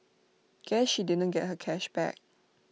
guess she didn't get her cash back